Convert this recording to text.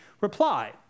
reply